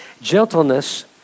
Gentleness